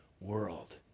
world